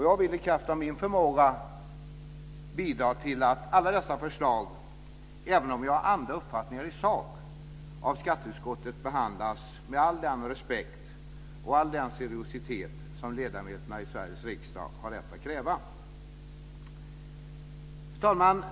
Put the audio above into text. Jag vill i kraft av min förmåga bidra till att alla dessa förslag, även om jag har andra uppfattningar i sak, av skatteutskottet behandlas med all den respekt och med en seriositet som ledamöterna av Sveriges riksdag har rätt att kräva. Fru talman!